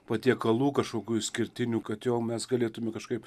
patiekalų kažkokių išskirtinių kad jau mes galėtume kažkaip